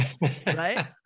right